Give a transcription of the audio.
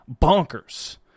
bonkers